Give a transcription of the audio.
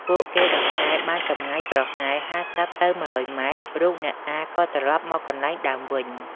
ពួកគេដង្ហែបានចម្ងាយប្រហែល ៥០ ទៅ ១០០ ម៉ែត្រ រូបអ្នកតាក៏ត្រឡប់មកកន្លែងដើមវិញ។